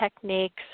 techniques